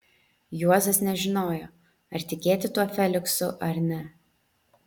juozas nežinojo ar tikėti tuo feliksu ar ne